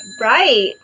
Right